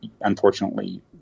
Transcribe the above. unfortunately